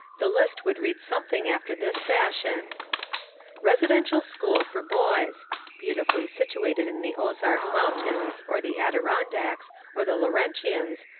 the list would read something after this fash ion residential school for boys beautifully situated in the ozark mountains, or the adirondacks, or the laurentians,